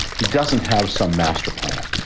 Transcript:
he doesn't have some master plan.